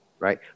right